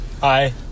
Hi